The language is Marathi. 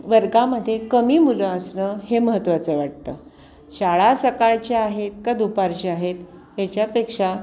वर्गामध्ये कमी मुलं असणं हे महत्त्वाचं वाटतं शाळा सकाळच्या आहेत का दुपारच्या आहेत याच्यापेक्षा